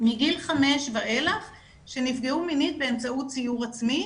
מגיל חמש ואילך שנפגעו מינית באמצעות ציור עצמי,